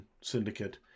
syndicate